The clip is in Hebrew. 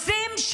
רוצים,